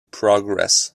progress